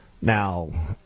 Now